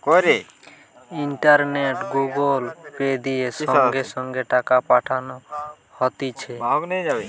ইন্টারনেটে Google Pay, দিয়ে সঙ্গে সঙ্গে টাকা পাঠানো হতিছে